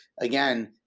again